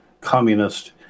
communist